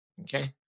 Okay